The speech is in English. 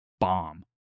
bomb